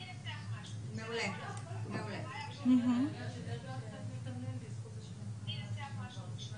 לכל מבקש מקלט בישראל יש כמה ימים בשנה,